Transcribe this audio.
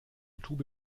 tube